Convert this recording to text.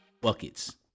buckets